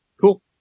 Cool